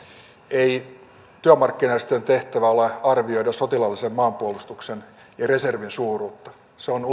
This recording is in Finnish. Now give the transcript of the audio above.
ei työmarkkinajärjestöjen tehtävänä ole arvioida sotilaallisen maanpuolustuksen ja reservin suuruutta se on